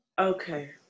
Okay